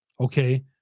okay